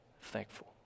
thankful